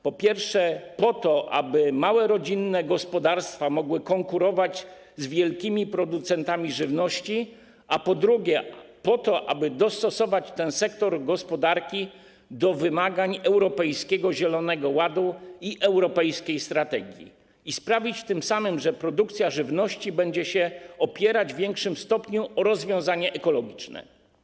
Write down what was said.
Po pierwsze, po to, aby małe rodzinne gospodarstwa mogły konkurować z wielkimi producentami żywności, a po drugie, po to, aby dostosować ten sektor gospodarki do wymagań Europejskiego Zielonego Ładu i europejskiej strategii, by sprawić tym samym, że produkcja żywności będzie się opierać w większym stopniu o rozwiązania ekologiczne.